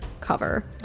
cover